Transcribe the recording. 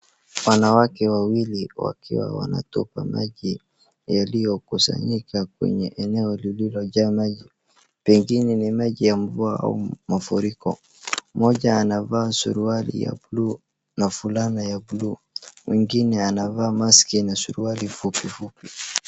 Wanawake wawili wakiwa wanatupa maji yaliyokusanyika kwenye eneo lililojaa maji. Pengine ni maji ya mvua au mafuriko. Mmoja anavaa suruali ya bluu na fulana ya bluu, mwingine anavaa maski na suruali fupi fupi.